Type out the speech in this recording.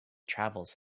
travels